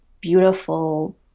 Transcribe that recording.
beautiful